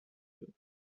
you